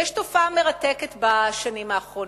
יש תופעה מרתקת בשנים האחרונות.